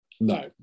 No